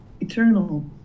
eternal